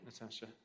Natasha